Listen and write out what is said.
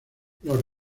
los